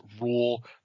rule